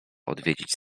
odwiedzić